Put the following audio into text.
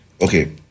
okay